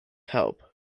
help